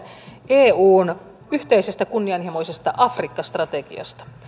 eun yhteisestä kunnianhimoisesta afrikka strategiasta